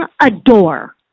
adore